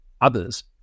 others